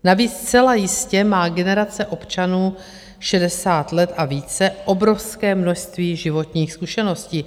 Navíc zcela jistě má generace občanů 60 let a více obrovské množství životních zkušeností.